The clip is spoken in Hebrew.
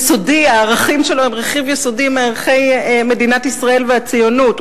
שהערכים שלו הם רכיב יסודי מערכי מדינת ישראל והציונות.